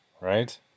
Right